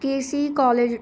K C college